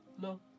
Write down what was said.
No